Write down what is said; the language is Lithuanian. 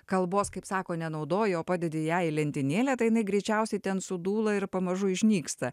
kalbos kaip sako nenaudoji o padedi ją į lentynėlę tai jinai greičiausiai ten sudūla ir pamažu išnyksta